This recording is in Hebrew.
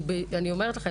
אני אומרת לכם,